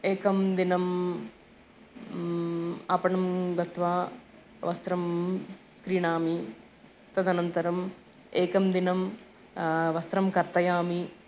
एकं दिनम् आपणं गत्वा वस्त्रं क्रीणामि तदनन्तरम् एकं दिनं वस्त्रं कर्तयामि